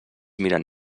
miren